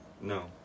No